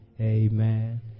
Amen